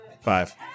Five